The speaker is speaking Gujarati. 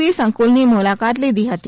બી સંકુલની મુલાકાત લીધી હતી